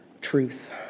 truth